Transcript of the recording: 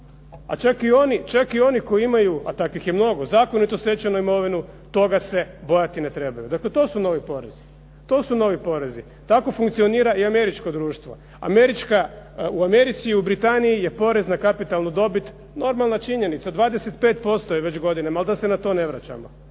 a čak i oni koji imaju, a takvih je mnogo, zakonito stečeno imovinu, toga se bojati ne trebaju. Dakle, to su novi porezi. Tako funkcionira i američko društvo. U Americi i Britaniji je porez na kapitalnu dobit normalna činjenica. 25% je već godinama, al da se na to ne vraćamo,